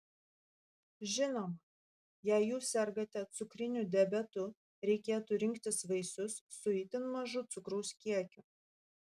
žinoma jei jūs sergate cukriniu diabetu reikėtų rinktis vaisius su itin mažu cukraus kiekiu